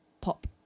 pop